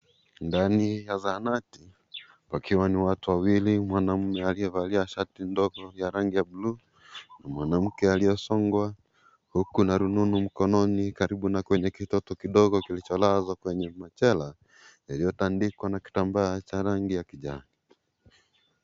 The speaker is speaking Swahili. Ndani nya zahanati pakiwa ni watu wawili mwanaume aliyevalia shati ndogo ya rangi ya bulu na mwanamke aliyesongwa huku na rununu mkononi karibu na kwenye kitoto kidogo kilicholazwa kwenye machela yaliyotandikwa na kitambaa cha rangi ya kijani.